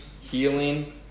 healing